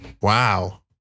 wow